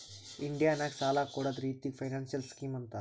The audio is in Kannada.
ಇಂಡಿಯಾ ನಾಗ್ ಸಾಲ ಕೊಡ್ಡದ್ ರಿತ್ತಿಗ್ ಫೈನಾನ್ಸಿಯಲ್ ಸ್ಕೀಮ್ ಅಂತಾರ್